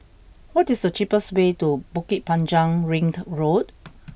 what is the cheapest way to Bukit Panjang Ring Road